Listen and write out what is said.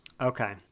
Okay